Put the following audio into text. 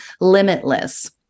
limitless